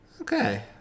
okay